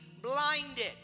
blinded